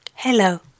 Hello